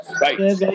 Bye